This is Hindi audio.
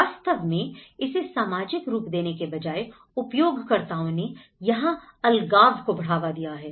वास्तव में इसे सामाजिक रूप देने के बजाय उपयोगकर्ताओं ने यहां अलगाव को बढ़ावा दिया है